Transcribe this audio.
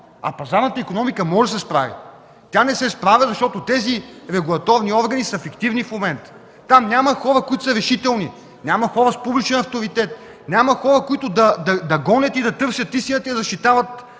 А пазарната икономика може да се справи. Тя не се справя, защото тези регулаторни органи са фиктивни в момента. Там няма хора, които са решителни; няма хора с публичен авторитет; няма хора, които да гонят, да търсят истината и да защитават